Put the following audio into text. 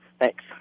Thanks